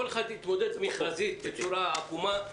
כל אחת התמודדה מכרזית בצורה עקומה.